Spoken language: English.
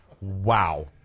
Wow